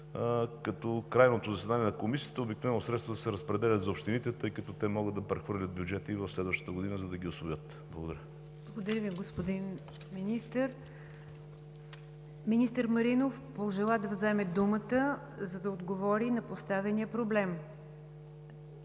на крайното заседание на Комисията обикновено средствата се разпределят за общините, тъй като те могат да прехвърлят бюджета за следващата година, за да ги усвоят. Благодаря. ПРЕДСЕДАТЕЛ НИГЯР ДЖАФЕР: Благодаря Ви, господин Министър. Министър Маринов пожела да вземе думата, за да отговори на поставения проблем.